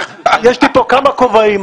יש לי כאן כמה כובעים.